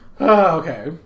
Okay